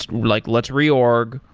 like let's reorg.